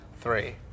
three